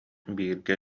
бииргэ